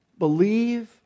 Believe